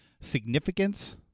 significance